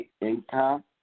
income